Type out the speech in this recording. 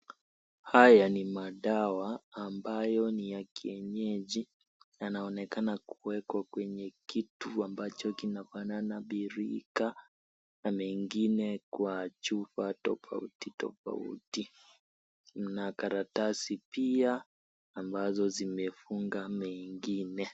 Haya ni madawa ambayo ni ya kienyeji, yanaonekana kuwekwa kwenye kitu amacho kinafanafa birika na mengine kwa chupa tofautitofauti, na karatasi pia ambazo zimefunga mengine.